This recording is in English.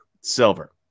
silver